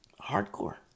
Hardcore